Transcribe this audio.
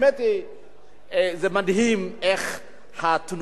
זה מדהים איך התנועות שאנחנו עושים,